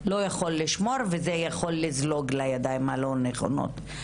לא יכול לשמור וזה יכול לזלוג לידיים הלא נכונות.